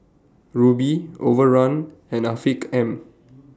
Rubi Overrun and Afiq M